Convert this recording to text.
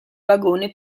vagone